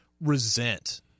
resent